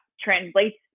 translates